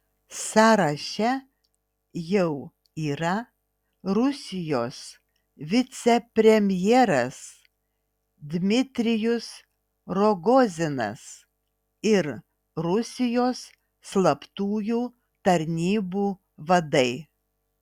sąraše jau yra rusijos vicepremjeras dmitrijus rogozinas ir rusijos slaptųjų tarnybų vadai